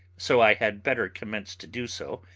so i had better commence to do so,